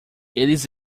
eles